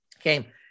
Okay